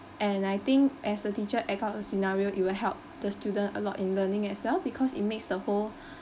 and I think as a teacher act out the scenario it will help the student a lot in learning as well because it makes the whole